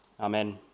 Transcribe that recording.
Amen